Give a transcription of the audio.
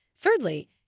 Thirdly